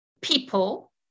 people